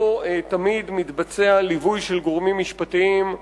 תמיד מתבצע ליווי של גורמים משפטיים,